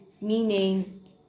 Meaning